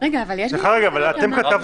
--- אבל יש חוסר התאמה.